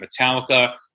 Metallica